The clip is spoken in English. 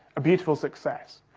a beautiful success.